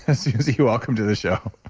ah suzy, welcome to the show